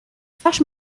twarz